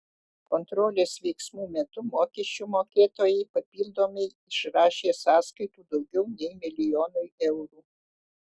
kontrolės veiksmų metu mokesčių mokėtojai papildomai išrašė sąskaitų daugiau nei milijonui eurų